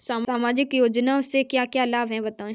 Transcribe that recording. सामाजिक योजना से क्या क्या लाभ हैं बताएँ?